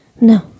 No